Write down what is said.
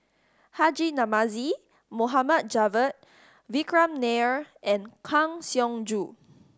Haji Namazie Mohd Javad Vikram Nair and Kang Siong Joo